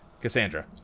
Cassandra